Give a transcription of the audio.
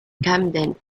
camden